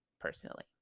personally